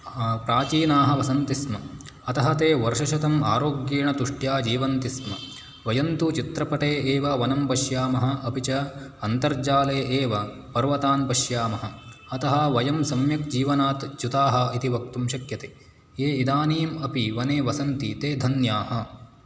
प्राचीनाः वसन्ति स्म अतः ते वर्षशतम् आरोग्येण तुष्ट्या जीवन्ति स्म वयं तु चित्रपटे एव वनं पश्यामः अपि च अन्तर्जाले एव पर्वतान् पश्यामः अतः वयं सम्यक् जीवनात् च्युताः इति वक्तुं शक्यते ये इदानीम् अपि वने वसन्ति ते धन्याः